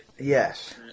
Yes